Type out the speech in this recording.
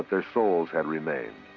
their souls had remained.